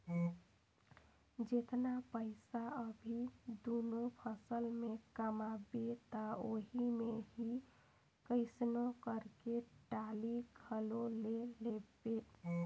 जेतना पइसा अभी दूनो फसल में कमाबे त ओही मे ही कइसनो करके टाली घलो ले लेबे